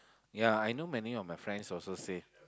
ya I know many of my friends also say